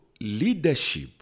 leadership